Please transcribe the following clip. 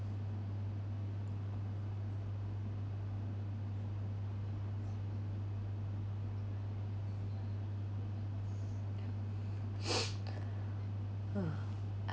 uh